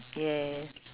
yes